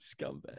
Scumbag